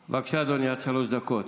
בבקשה, אדוני, עד שלוש דקות.